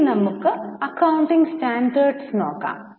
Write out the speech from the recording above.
ഇനി നമുക് accounting standards നോക്കാം